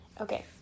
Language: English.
Okay